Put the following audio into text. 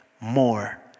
more